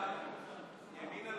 לא